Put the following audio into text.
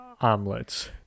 omelets